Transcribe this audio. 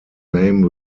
name